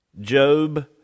Job